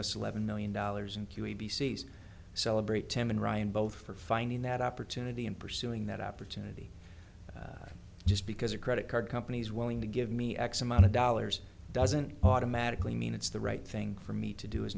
a level million dollars in q a b c s celebrate tim and ryan both for finding that opportunity and pursuing that opportunity just because a credit card companies willing to give me x amount of dollars doesn't automatically mean it's the right thing for me to do as